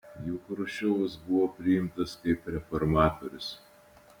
juk chruščiovas buvo priimtas kaip reformatorius